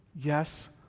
Yes